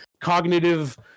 cognitive